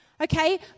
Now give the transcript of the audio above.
Okay